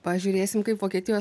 pažiūrėsim kaip vokietijos